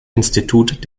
institut